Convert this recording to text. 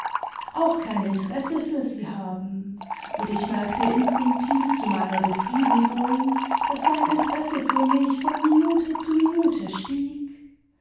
auch kein interesse für sie haben imd ich merkte instinktiv zu meiner befriedigung daß sein interesse für mich von minute zu minute stieg